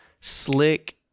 slick